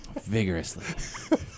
Vigorously